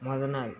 மொதல்நாள்